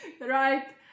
right